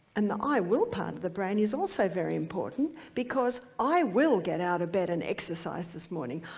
and the i will part of the brain is also very important because i will get out of bed and exercise this morning.